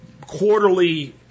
quarterly